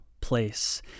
place